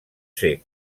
ser